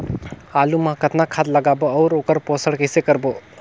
आलू मा कतना खाद लगाबो अउ ओकर पोषण कइसे करबो?